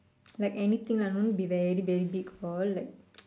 like anything lah no need to be very very big all like